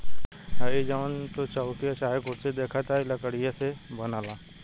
हइ जवन तू चउकी चाहे कुर्सी देखताड़ऽ इ लकड़ीये से न बनेला